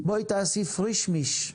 בואי, תעשי פריש מיש,